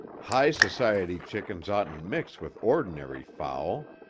high society chickens oughtn't mix with ordinary fowl.